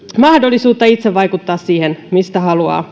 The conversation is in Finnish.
mahdollisuutta itse vaikuttaa siihen mistä haluaa